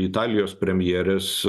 italijos premjerės